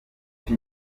pitt